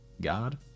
God